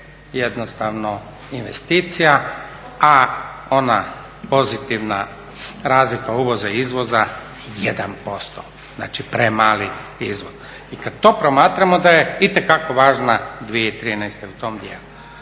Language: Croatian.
jednostavno investicija, a ona pozitivna razlika uvoza i izvoza 1%, znači premali izvoz. I kad to promatramo da je itekako važna 2013. u tom dijelu.